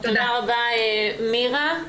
תודה רבה, מירה.